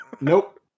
nope